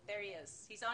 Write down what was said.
תודה